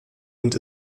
und